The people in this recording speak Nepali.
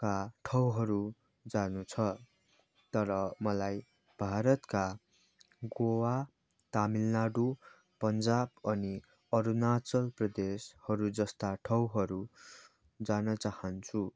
का ठाउँहरू जानु छ तर मलाई भारतका गोवा तामिलनाडू पन्जाब अनि अरुणाचल प्रदेशहरू जस्ता ठाउँहरू जान चाहन्छु